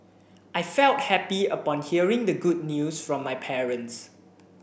I felt happy upon hearing the good news from my parents